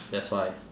that's why